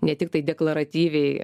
ne tiktai deklaratyviai